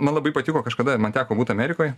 man labai patiko kažkada man teko būt amerikoj